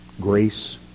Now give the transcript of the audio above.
grace